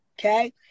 okay